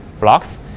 blocks